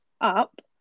up